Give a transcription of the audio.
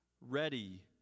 ready